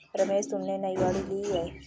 रमेश तुमने नई गाड़ी ली हैं